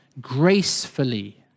gracefully